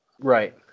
right